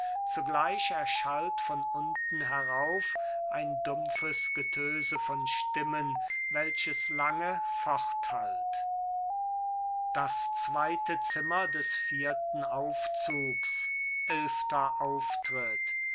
zugleich erschallt von unten herauf ein dumpfes getöse von stimmen welches lange forthallt das zweite zimmer des vierten aufzugs elisabeth tritt